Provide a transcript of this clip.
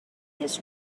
his